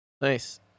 nice